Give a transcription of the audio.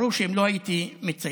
ברור שאם לא הייתי מצייץ,